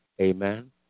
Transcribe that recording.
Amen